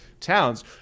towns